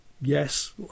yes